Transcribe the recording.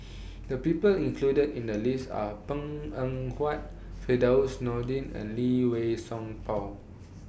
The People included in The list Are Png Eng Huat Firdaus Nordin and Lee Wei Song Paul